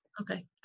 Okay